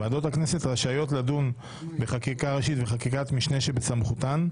ועדות הכנסת רשאיות לדון בחקיקה ראשית וחקיקת משנה שבסמכותן,